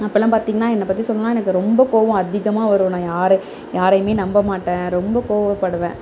அப்போலாம் பார்த்திங்னா என்னை பற்றி சொல்லணுனா எனக்கு ரொம்ப கோவம் அதிகமாக வரும் நான் யாரை யாரையுமே நம்ப மாட்டேன் ரொம்ப கோவப்படுவேன்